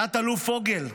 תת-אלוף פוגל,